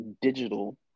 digital